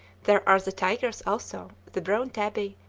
there are the tigers also, the brown tabby,